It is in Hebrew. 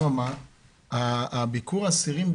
הביקור אסירים,